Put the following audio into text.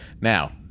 Now